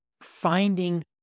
finding